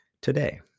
today